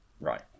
Right